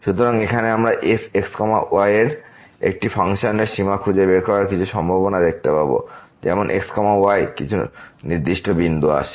সুতরাং এখন আমরা fx y এর একটি ফাংশনের সীমা খুঁজে বের করার কিছু সম্ভাবনা দেখতে পাব যেমন x y কিছু নির্দিষ্ট বিন্দুতে আসে